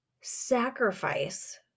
sacrifice